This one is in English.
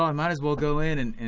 i might as well go in and and